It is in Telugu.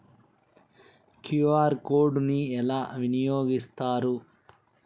క్యూ.ఆర్ కోడ్ ని ఎలా వినియోగిస్తారు?